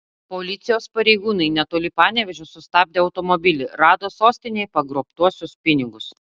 policijos pareigūnai netoli panevėžio sustabdę automobilį rado sostinėje pagrobtuosius pinigus